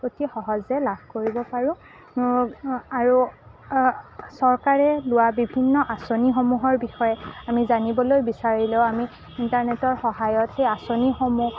অতি সহজে লাভ কৰিব পাৰোঁ আৰু চৰকাৰে লোৱা বিভিন্ন আঁচনিসমূহৰ বিষয়ে আমি জানিবলৈ বিচাৰিলেও আমি ইণ্টাৰনেটৰ সহায়ত সেই আঁচনিসমূহ